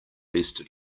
least